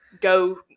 Go